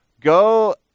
go